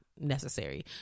necessary